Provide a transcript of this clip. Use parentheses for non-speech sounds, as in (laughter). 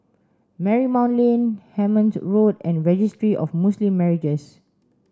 Marymount Lane Hemmant Road and Registry of Muslim (unintelligible)